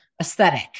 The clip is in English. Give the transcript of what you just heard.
aesthetic